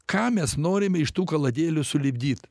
ką mes norime iš tų kaladėlių sulipdyt